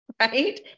Right